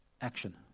action